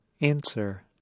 Answer